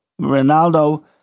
Ronaldo